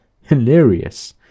Hilarious